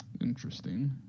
interesting